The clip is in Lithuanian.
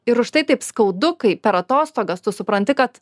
ir už tai taip skaudu kai per atostogas tu supranti kad